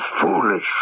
foolish